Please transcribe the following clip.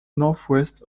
northwest